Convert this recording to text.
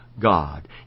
God